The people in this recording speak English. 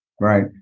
Right